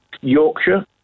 Yorkshire